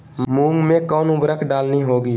मूंग में कौन उर्वरक डालनी होगी?